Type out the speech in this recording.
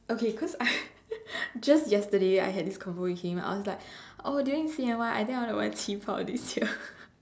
okay cause just yesterday I had this convo with him I was like oh during C_N_Y I think I want to wear 旗袍 this year